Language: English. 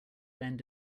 bend